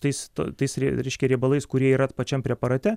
tais tais reiškia riebalais kurie yra pačiam preparate